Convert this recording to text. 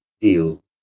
Deal